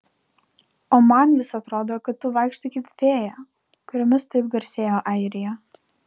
o man vis atrodo kad tu vaikštai kaip fėja kuriomis taip garsėja airija